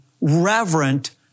reverent